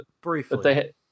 Briefly